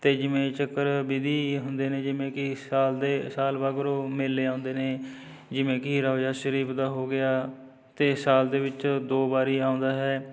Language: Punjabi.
ਅਤੇ ਜਿਵੇਂ ਚੱਕਰ ਵਿਧੀ ਹੁੰਦੇ ਨੇ ਜਿਵੇਂ ਕਿ ਸਾਲ ਦੇ ਸਾਲ ਮਗਰੋਂ ਮੇਲੇ ਆਉਂਦੇ ਨੇ ਜਿਵੇਂ ਕਿ ਰੋਜ਼ਾ ਸ਼ਰੀਫ ਦਾ ਹੋ ਗਿਆ ਅਤੇ ਸਾਲ ਦੇ ਵਿੱਚ ਦੋ ਵਾਰੀ ਆਉਂਦਾ ਹੈ